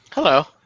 Hello